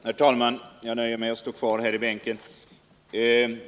Herr talman! Jag nöjer mig med att stå kvar här i bänken.